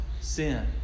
sin